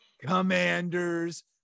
Commanders